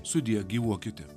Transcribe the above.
sudie gyvuokite